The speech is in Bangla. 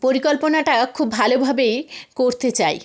পরিকল্পনাটা খুব ভালোভাবেই করতে চাই